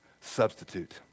substitute